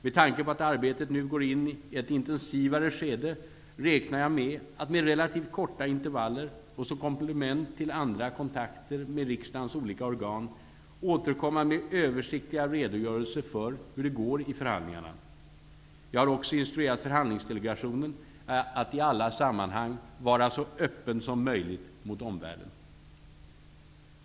Med tanke på att arbetet nu går in i ett intensivare skede räknar jag med att, med relativt korta intervaller och som komplement till andra kontakter med riksdagens olika organ, återkomma med översiktliga redogörelser för hur det går i förhandlingarna. Jag har också instruerat förhandlingsdelegationen att i alla sammanhang vara så öppen som möjligt mot omvärlden.